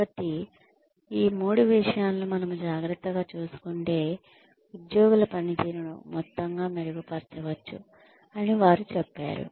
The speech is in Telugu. కాబట్టి ఈ మూడు విషయాలను మనము జాగ్రత్తగా చూసుకుంటే ఉద్యోగుల పనితీరును మొత్తంగా మెరుగుపరచవచ్చు అని వారు చెప్పారు